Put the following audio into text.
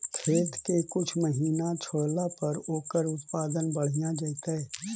खेत के कुछ महिना छोड़ला पर ओकर उत्पादन बढ़िया जैतइ?